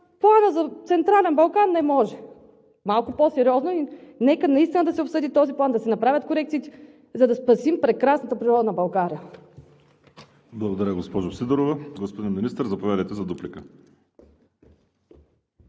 Планът за „Централен Балкан“ – не може! Малко по-сериозно! Нека наистина да се обсъди този план, да се направят корекциите, за да спасим прекрасната природа на България. ПРЕДСЕДАТЕЛ ВАЛЕРИ СИМЕОНОВ: Благодаря, госпожо Сидорова. Господин Министър, заповядайте за дуплика.